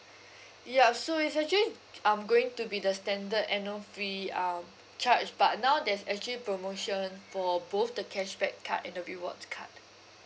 ya so it's actually um going to be the standard annual fee um charge but now there's actually promotion for both the cashback card and the rewards card